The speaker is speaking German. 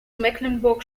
mecklenburg